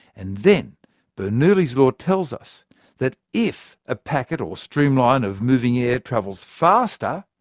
and then bernoulli's law tells us that if a packet or streamline of moving air travels faster,